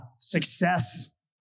Success